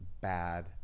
bad